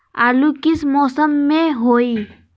आलू किस मौसम में होई?